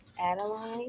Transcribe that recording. Adeline